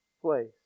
place